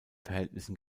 verhältnissen